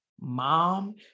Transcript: mom